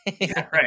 right